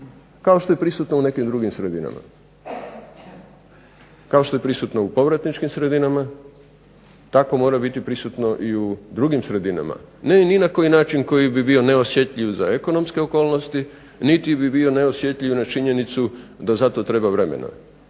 kao što je prisutno u nekim drugim sredinama. Kao što je prisutno u povratničkim sredinama, tako mora biti prisutno i u drugim sredinama ne ni na koji način koji bi bio neosjetljiv za ekonomske okolnosti niti bi bio neosjetljiv na činjenicu da za to treba vremena.